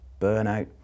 burnout